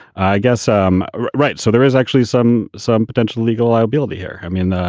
i guess. um right. so there is actually some some potential legal liability here. i mean, ah